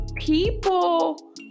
people